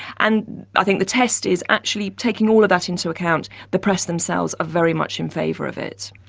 and i think the test is actually, taking all of that into account, the press themselves are very much in favour of it.